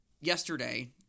yesterday